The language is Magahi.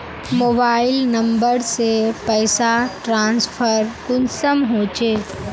मोबाईल नंबर से पैसा ट्रांसफर कुंसम होचे?